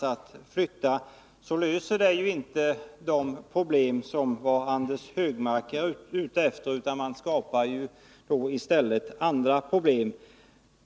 Man skapar i stället andra problem när man genom samhällets försorg stimulerar människor att flytta.